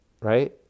right